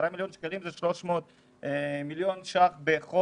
10 מיליון שקלים זה 300 מיליון ש"ח בחודש.